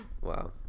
wow